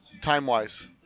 time-wise